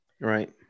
Right